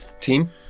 team